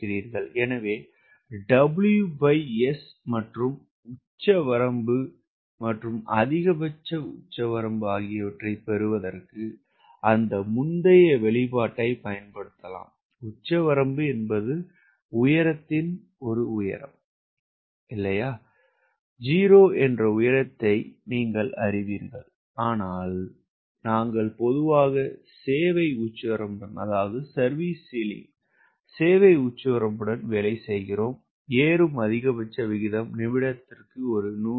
எனவே WS மற்றும் அதிகபட்ச உச்சவரம்பு ஆகியவற்றைப் பெறுவதற்கு அந்த முந்தைய வெளிப்பாட்டைப் பயன்படுத்தலாம் உச்சவரம்பு என்பது உயரத்தின் உயரம் 0 என்ற உயரத்தை நீங்கள் அறிவீர்கள் ஆனால் நாங்கள் பொதுவாக சேவை உச்சவரம்புடன் வேலை செய்கிறோம் ஏறும் அதிகபட்ச விகிதம் நிமிடத்திற்கு நூறு அடி